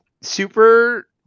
super